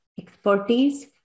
expertise